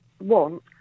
want